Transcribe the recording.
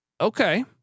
Okay